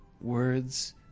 Words